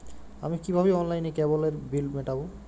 আমি কিভাবে অনলাইনে কেবলের বিল মেটাবো?